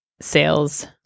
sales